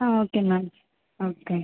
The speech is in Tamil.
ah okay ma'am okay